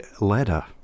ladder